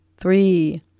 three